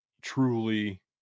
truly